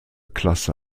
klasse